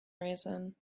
reason